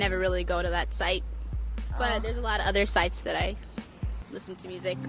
never really go to that site but there's a lot of other sites that i listen to music